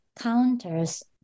counters